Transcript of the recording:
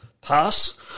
Pass